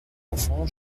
enfants